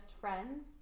friends